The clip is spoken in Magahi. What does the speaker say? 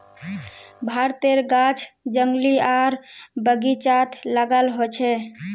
भारतेर गाछ जंगली आर बगिचात लगाल होचे